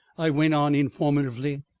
i went on informatively,